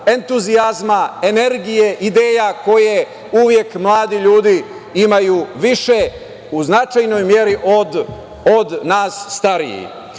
entuzijazma, energija, ideje koje uvek mladi ljudi imaju više u značajnoj meri od nas starijih. Tako